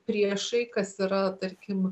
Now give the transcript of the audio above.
priešai kas yra tarkim